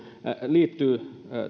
liittyy